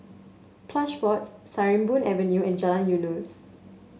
Plush Pods Sarimbun Avenue and Jalan Eunos